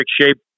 shape